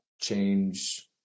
change